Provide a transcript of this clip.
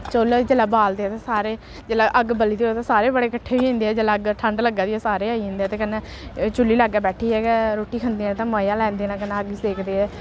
चु'ल्ल जेल्लै बालदे ते सारे जेल्लै अग्ग बली दी होऐ ते सारे बड़े कट्ठे होई जंदे ऐ जेल्लै ठंड लग्गा दी होऐ सारे आई जंदे ते कन्नै चु'ल्ली लाग्गै बैठियै गै रुट्टी खंदे न ते मजा लैंदे न कन्नै अग्ग सेकदे ऐ